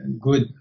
good